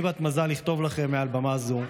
אני בת מזל לכתוב לכם מעל במה זו,